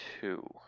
two